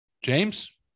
James